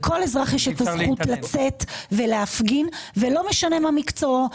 לכל אזרח יש את הזכות לצאת ולהפגין ולא משנה מה מקצועו.